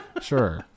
Sure